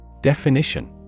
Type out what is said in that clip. Definition